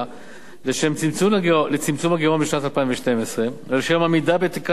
לשם צמצום הגירעון בשנת 2012 ולשם עמידה בתקרת